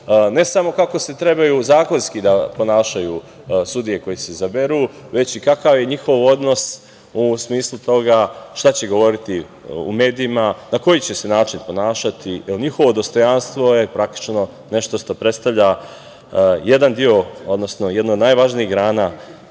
ne samo kako se trebaju zakonski ponašati sudije koje se izaberu, već i kakav je njihov odnos u smislu toga šta će govoriti u medijima, na koji način će se ponašati, jer njihovo dostojanstvo je praktično nešto što predstavlja jedan deo, jednu od najvažnijih grana